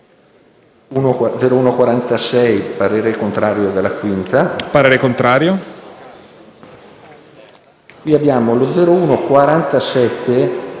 parere contrario,